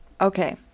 Okay